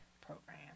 program